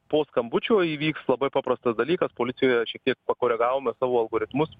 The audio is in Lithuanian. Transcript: po skambučio įvyks labai paprastas dalykas policijoje šiek tiek pakoregavome savo algoritmus